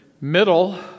middle